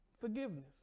Forgiveness